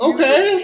Okay